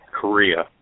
Korea